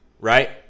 right